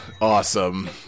Awesome